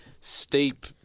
steep